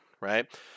right